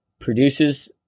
produces